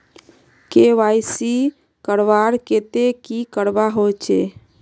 KYC करवार केते की करवा होचए?